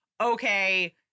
okay